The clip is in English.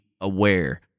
aware